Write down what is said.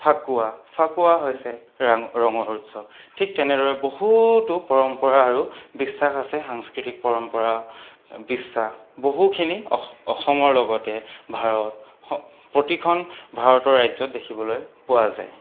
ফাকুৱা ফাকুৱা হৈছে ৰাং ৰঙৰ উৎসৱ ঠিক তেনেদৰে বহুতো পৰম্পৰা আৰু বিশ্বাস আছে সাংস্কৃতিক পৰম্পৰা বিশ্বাস বহুখিনি অস্ অসমৰ লগতে ভাৰত প্ৰতিখন ভাৰতৰ ৰাজ্যত দেখিবলৈ পোৱা যায়